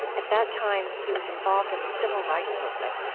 at that time, he was involved in the civil rights movement,